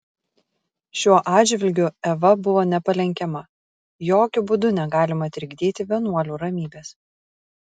šiuo atžvilgiu eva buvo nepalenkiama jokiu būdu negalima trikdyti vienuolių ramybės